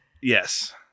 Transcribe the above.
Yes